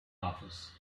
office